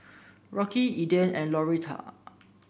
Rocky Eden and Lauretta